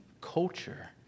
culture